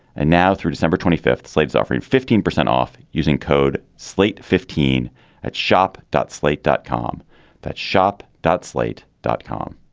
and now through december twenty fifth, slate's offering fifteen percent off using code slate fifteen at shop dot slate dot com that shop dot slate. dot com